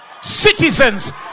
citizens